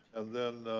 and then,